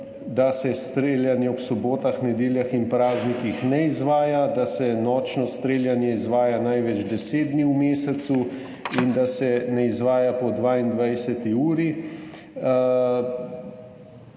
da se tudi streljanje ob sobotah, nedeljah in praznikih ne izvaja, da se nočno streljanje izvaja največ deset dni v mesecu in da se ne izvaja po 22. uri.